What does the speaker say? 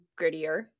grittier